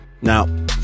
Now